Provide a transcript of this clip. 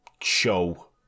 show